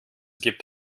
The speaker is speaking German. gibt